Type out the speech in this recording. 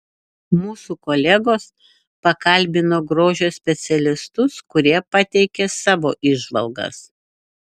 mūsų kolegos pakalbino grožio specialistus kurie pateikė savo įžvalgas